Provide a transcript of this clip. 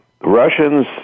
Russians